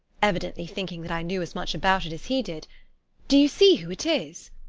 evidently thinking that i knew as much about it as he did do you see who it is?